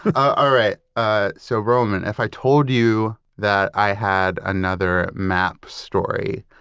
all right. ah so roman, if i told you that i had another map story,